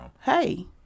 Hey